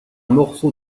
morceau